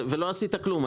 ולא עשית כלום.